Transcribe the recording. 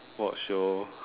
watch show